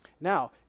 Now